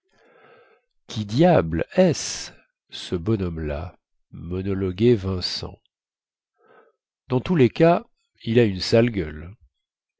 qui diable est-ce ce bonhomme-là monologuait vincent dans tous les cas il a une sale gueule